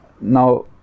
now